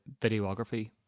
videography